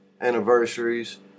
anniversaries